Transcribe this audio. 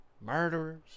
murderers